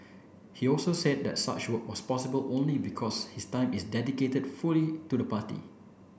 he also said that such work was possible only because his time is dedicated fully to the party